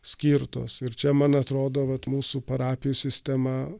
skirtos ir čia man atrodo vat mūsų parapijų sistema